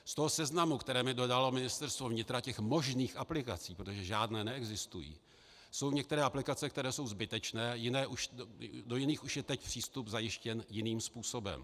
Z toho seznamu, který mně dodalo Ministerstvo vnitra, těch možných aplikací, protože žádné neexistují, jsou některé aplikace, které jsou zbytečné, do jiných už je teď přístup zajištěn jiným způsobem.